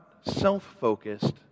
self-focused